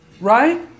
right